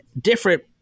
different